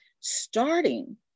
starting